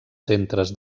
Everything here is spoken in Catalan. centres